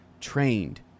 trained